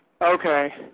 Okay